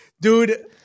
Dude